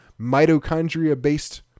mitochondria-based